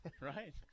right